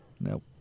Nope